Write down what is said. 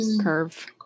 curve